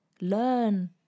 learn